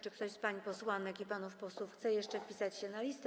Czy ktoś z pań posłanek i panów posłów chce jeszcze wpisać się na listę?